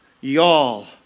y'all